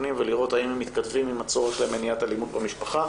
פנים ולראות האם הם מתכתבים עם הצורך למניעת אלימות במשפחה